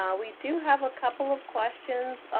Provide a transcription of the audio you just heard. um we do have a couple of questions.